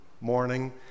morning